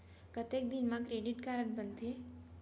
कतेक दिन मा क्रेडिट कारड बनते?